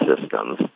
systems